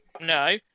No